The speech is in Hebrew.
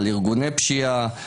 על ארגוני פשיעה,